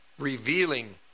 Revealing